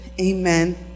Amen